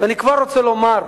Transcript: ואני כבר רוצה לומר,